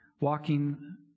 walking